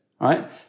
right